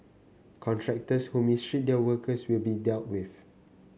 contractors who mistreat their workers will be dealt with